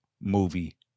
movie